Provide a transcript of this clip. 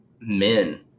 men